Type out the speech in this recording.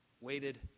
waited